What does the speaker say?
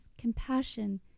compassion